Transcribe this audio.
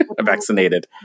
vaccinated